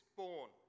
born